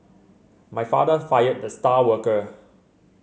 my father fired the star worker